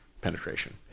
penetration